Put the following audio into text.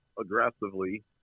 aggressively